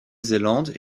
zélande